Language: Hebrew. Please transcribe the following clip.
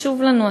חשוב לנו,